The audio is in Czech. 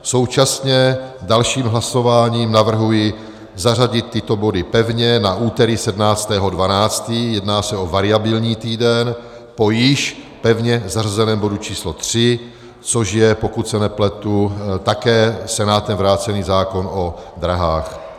Současně dalším hlasováním navrhuji zařadit tyto body pevně na úterý 17. 12., jedná se o variabilní týden, po již pevně zařazeném bodu číslo 3, což je, pokud se nepletu, také Senátem vrácený zákon o dráhách.